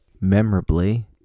Memorably